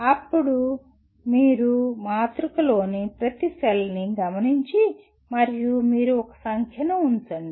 అప్పుడు మీరు మాతృకలోని ప్రతి సెల్ ని గమనించి మరియు మీరు ఒక సంఖ్యను ఉంచండి